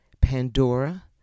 Pandora